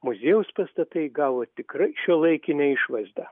muziejaus pastatai įgavo tikrai šiuolaikinę išvaizdą